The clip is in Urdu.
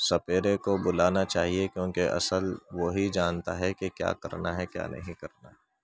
سپیرے کو بلانا چاہیے کیونکہ اصل وہی جانتا ہے کہ کیا کرنا ہے کیا نہیں کرنا ہے